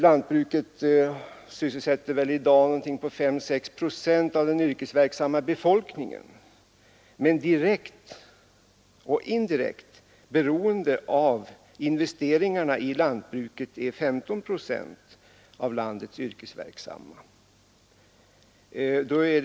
Lantbruket sysselsätter i dag ungefär 5—6 procent av den yrkesverksamma befolkningen, men direkt eller indirekt är 15 procent av landets yrkesverksamma beroende av investeringarna i lantbruket.